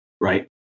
Right